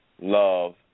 love